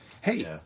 hey